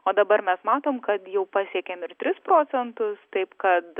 o dabar mes matom kad jau pasiekėm ir tris procentus taip kad